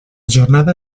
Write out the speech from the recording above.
jornada